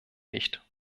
nicht